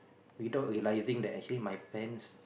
without realising that actually my pants